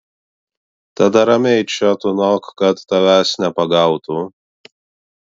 tada ramiai čia tūnok kad tavęs nepagautų